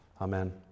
Amen